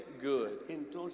good